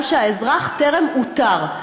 כי האזרח טרם אותר.